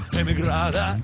emigrada